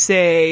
Say